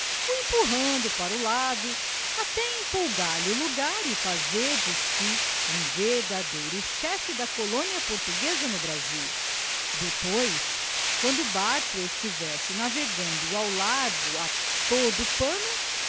empurrando para o lado até empolgar lhe o lagar e fazer de si um verdadeiro chefe da colônia portuguesa no brasil depois quando o barco estivesse navegando ao largo a todo o pano